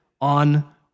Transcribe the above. on